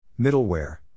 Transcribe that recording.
middleware